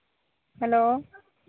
hello